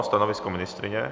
Stanovisko ministryně?